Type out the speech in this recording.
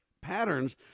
patterns